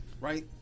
right